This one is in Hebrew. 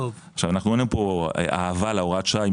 אין פה אהבת להוראת שעה,